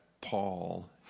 Paul